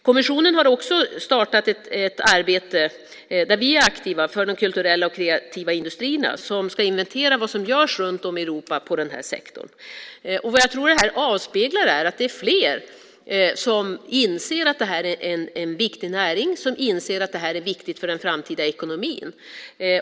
Kommissionen har också startat ett arbete, där vi är aktiva, för de kulturella och kreativa industrierna som ska inventera vad som görs i Europa inom den här sektorn. Jag tror att det avspeglar att det är fler som inser att det här är en viktig näring och som inser att det är viktigt för den framtida ekonomin.